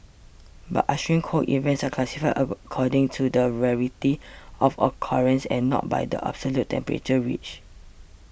but extreme cold events are classified according to the rarity of occurrence and not by the absolute temperature reached